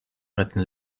retten